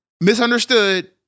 Misunderstood